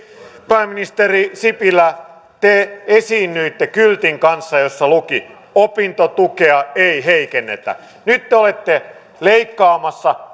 pääministeri sipilä te esiinnyitte kyltin kanssa jossa luki opintotukea ei heikennetä nyt te olette leikkaamassa